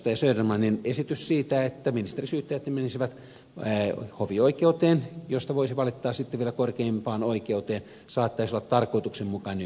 södermanin esitys siitä että ministerisyytteet menisivät hovioikeuteen ja sitten voisi valittaa vielä korkeimpaan oikeuteen saattaisi olla tarkoituksenmukainen